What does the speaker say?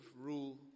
rule